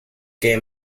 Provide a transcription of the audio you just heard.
que